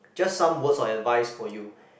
just some words of advice for you